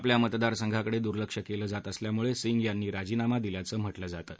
आपल्या मतदारसंघाकडे दुर्लक्ष केल्या जात असल्यामुळे सिंग यांनी राजीनामा दिल्याचं म्हटलं जातं